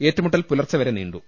ഏറ്റുമുട്ടൽ പുലർച്ചെവരെ നീണ്ടു